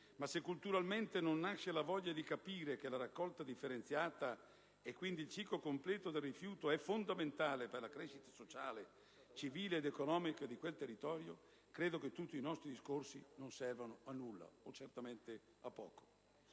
ma, se culturalmente non nasce la voglia di capire che la raccolta differenziata, e quindi il ciclo completo del rifiuto, è fondamentale per la crescita sociale, civile ed economica di quel territorio, credo che tutti i nostri discorsi non servano a nulla, o certamente a poco.